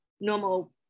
normal